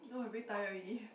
no I'm very tired already